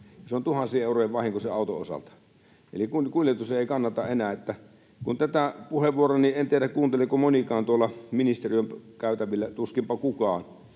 Se on tuhansien eurojen vahinko sen auton osalta. Eli kuljetus ei kannata enää. En tiedä, kuunteleeko monikaan tuolla ministeriön käytävillä tätä